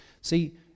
See